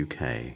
UK